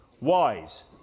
wise